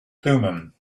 thummim